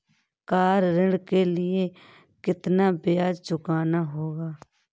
Car ऋण के लिए कितना ब्याज चुकाना होगा?